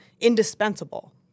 indispensable